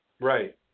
Right